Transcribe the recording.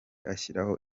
ashyiraho